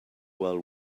while